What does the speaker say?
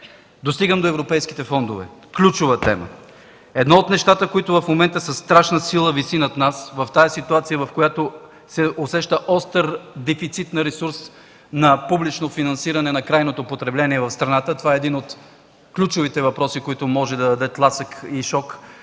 Достигам до европейските фондове – ключова тема. Едно от нещата, които в момента със страшна сила виси над нас в тази ситуация, в която се усеща остър дефицит на ресурс на публично финансиране на крайното потребление в страната, това е един от ключовите въпроси, който може да даде тласък и